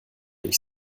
ich